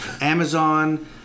Amazon